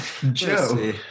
Joe